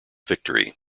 victory